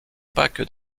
que